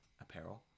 apparel